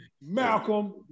Malcolm